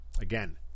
Again